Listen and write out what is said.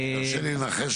תרשה לי לנחש,